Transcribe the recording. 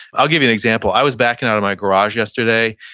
i'll give you an example. i was backing out of my garage yesterday,